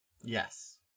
Yes